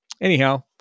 anyhow